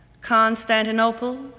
Constantinople